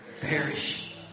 Perish